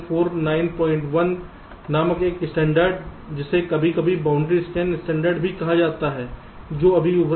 IEEE 11491 नामक एक standard जिसे कभी कभी बाउंड्री स्कैन स्टैण्डर्ड भी कहा जाता है जो उभरा